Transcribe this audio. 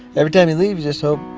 every time you leave yeah so